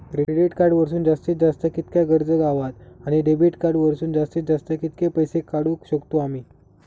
Credit card वरसून जास्तीत जास्त कितक्या कर्ज गावता, आणि डेबिट कार्ड वरसून जास्तीत जास्त कितके पैसे काढुक शकतू आम्ही?